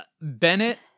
Bennett